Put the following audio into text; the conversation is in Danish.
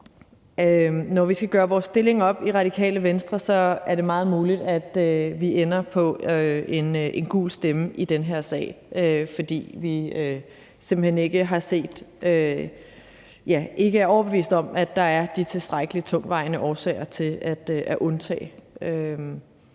Venstre skal gøre vores stilling op, er det meget muligt, at vi ender på en gul stemme i den her sag, fordi vi simpelt hen ikke er overbevist om, at der er de tilstrækkelig tungtvejende årsager til, at de